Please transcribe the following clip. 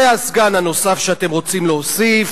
זה הסגן הנוסף שאתם רוצים להוסיף,